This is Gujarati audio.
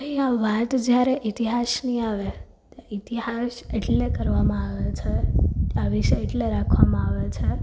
અહીં વાત જ્યારે ઇતિહાસની આવે ઇતિહાસ એટલે કરવામાં આવે છે આ વિષય એટલે રાખવામાં આવે છે